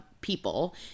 people